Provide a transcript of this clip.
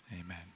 amen